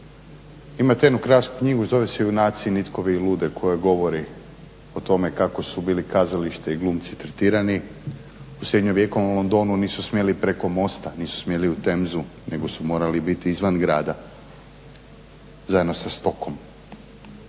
Imate jednu krasnu knjigu, zove se "Junaci, nitkovi i lude" koja govori o tome kako su bili kazalište i glumci trenirani u srednjem vijeku u Londonu, nisu smjeli preko mosta, nisu smjeli u Temzu nego su morali biti izvan grada, zajedno sa stokom,